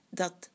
dat